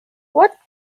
what